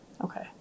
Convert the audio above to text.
Okay